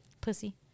Pussy